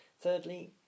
Thirdly